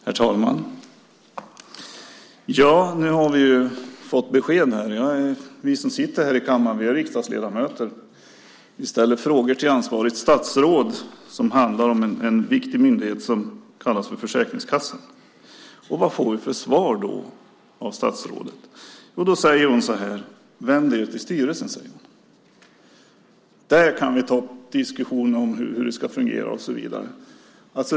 Herr talman! Nu har vi fått besked. Vi som sitter i kammaren är riksdagsledamöter. Vi ställer frågor som handlar om en viktig myndighet som kallas Försäkringskassan till ansvarigt statsråd. Vad får vi då för svar av statsrådet? Hon säger att vi ska vända oss till styrelsen. Där kan vi ta diskussionen om hur det ska fungera och så vidare.